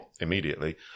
immediately